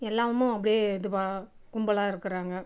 எல்லாமும் அப்படியே இதுவாக கும்பலாக இருக்கிறாங்க